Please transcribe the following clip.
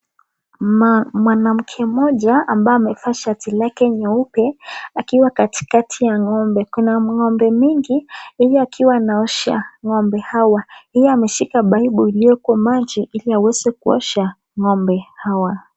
Mwanamke moja ambaye amevaa shati lake nyeupe akiwa katikati ya ng'ombe. Kuna ng'ombe mingi yeye akiwa anaosha ng'ombe hawa. Yeye ameshika paipu iliyoko maji ili aweze kuosha ng'ombe hawa.